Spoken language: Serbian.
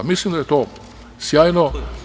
Mislim da je to sjajno.